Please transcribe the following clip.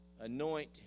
anoint